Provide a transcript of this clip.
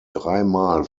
dreimal